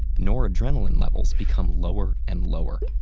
noradrenaline levels become lower and lower,